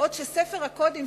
בעוד שספר הקודים,